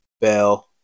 bell